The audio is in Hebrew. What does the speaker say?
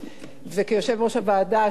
החקיקה וכיושב-ראש הוועדה,